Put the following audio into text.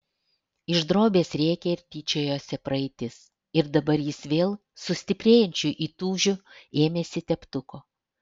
iš drobės rėkė ir tyčiojosi praeitis ir dabar jis vėl su stiprėjančiu įtūžiu ėmėsi teptuko